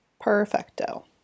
Perfecto